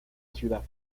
ciudad